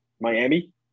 Miami